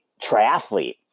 triathlete